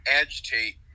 agitate